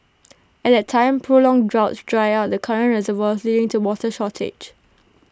at the time prolonged droughts dry out the current reservoirs leading to water shortage